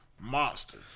Monster